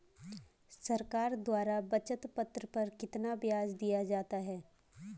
सरकार द्वारा बचत पत्र पर कितना ब्याज दिया जाता है?